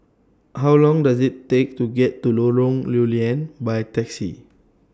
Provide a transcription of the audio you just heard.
How Long Does IT Take to get to Lorong Lew Lian By Taxi